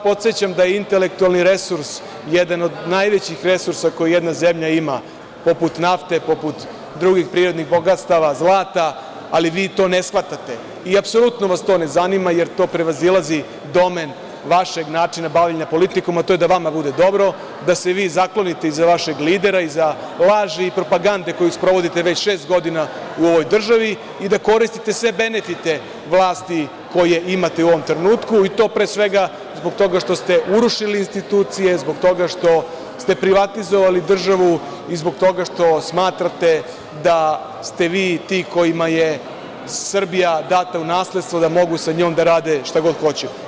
Podsećam vas da je intelektualni resurs jedan od najvećih resursa koji jedna zemlja ima, poput nafte, poput drugih prirodnih bogatstva, poput zlata, ali vi to ne shvatate i apsolutno vas to ne zanima, jer to prevazilazi domen vašeg načina bavljenja politikom, a to je da vama bude dobro, da se vi zaklonite iza vašeg lidera, iza laži i propagande koju sprovodite već šest godina u ovoj državi i da koristite sve benefite vlasti koje imate u ovom trenutku i to, pre svega, zbog toga što ste urušili, zbog toga što ste privatizovali državu i zbog toga što smatrate da ste vi ti kojima je Srbija data u nasledstvo, da mogu sa njom da rade šta god hoće.